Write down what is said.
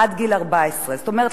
עד גיל 14. זאת אומרת,